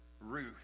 Ruth